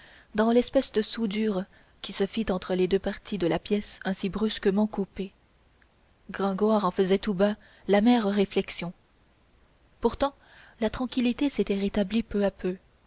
dans l'espèce de soudure qui se fit entre les deux parties de la pièce ainsi brusquement coupée gringoire en faisait tout bas l'amère réflexion pourtant la tranquillité s'était rétablie peu à peu